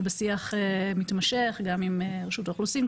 אנחנו בשיח מתמשך גם עם רשות האוכלוסין,